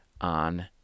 on